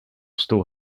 still